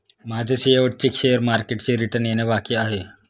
माझे शेवटचे शेअर मार्केटचे रिटर्न येणे बाकी आहे